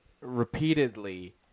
repeatedly